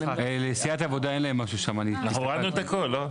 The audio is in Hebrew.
לסיעת העבודה אין משהו --- הורדנו את הכל, לא?